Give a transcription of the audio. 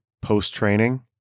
post-training